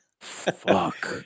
Fuck